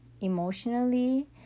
emotionally